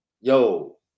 yo